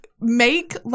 make